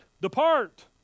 Depart